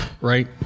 right